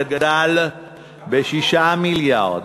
גדל ב-6 מיליארד,